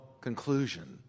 conclusion